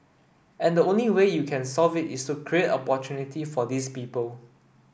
and the only way you can solve it is to create opportunity for these people